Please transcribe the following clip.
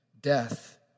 Death